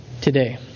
today